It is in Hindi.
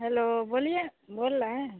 हेलो बोलिए बोल रहे हैं